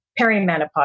perimenopause